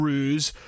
Ruse